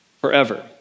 forever